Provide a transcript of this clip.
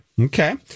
Okay